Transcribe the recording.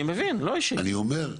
אני אומר,